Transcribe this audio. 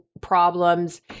problems